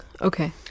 Okay